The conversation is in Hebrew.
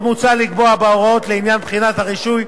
עוד מוצע לקבוע הוראות לעניין בחינות הרישוי,